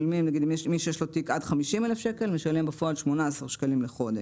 מי שיש לו תיק עד 50,000 שקל משלם בפועל 18 שקלים לחודש,